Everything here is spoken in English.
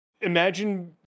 Imagine